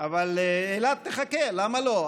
אבל אילת תחכה, למה לא?